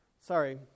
Sorry